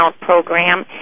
program